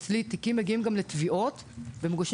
אצלי תיקים מגיעים גם לתביעות ומוגשים